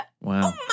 Wow